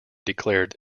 declared